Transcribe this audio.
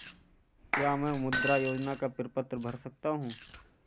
क्या मैं मुद्रा योजना का प्रपत्र भर सकता हूँ?